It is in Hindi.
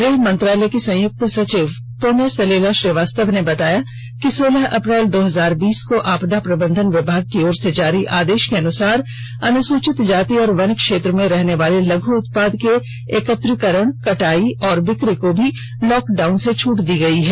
गृह मंत्रालय की संयुक्त सचिव पुण्य सलीला श्रीवास्तव ने बताया कि सोलह अप्रैल दो हजार बीस को आपदा प्रबंधन विभाग की ओर से जारी आदेष के अनुसार अनुसूचित जाति और वन क्षेत्र में रहनेवाले लघु उत्पाद के एकत्रीकरण कटाई और बिकी को भी लॉक डाउन से छूट दी गयी है